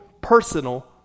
personal